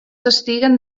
estiguen